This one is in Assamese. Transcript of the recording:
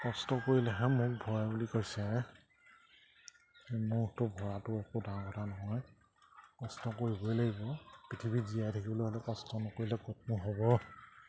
কষ্ট কৰিলেহে মুখ ভৰে বুলি কৈছে মুখটো ভৰাটো একো ডাঙৰ কথা নহয় কষ্ট কৰিবই লাগিব পৃথিৱী জীয়াই থাকিবলৈ হ'লে কষ্ট নকৰিলে ক'তনো হ'ব